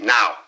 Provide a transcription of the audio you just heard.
Now